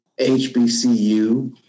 HBCU